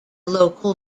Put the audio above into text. local